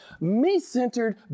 me-centered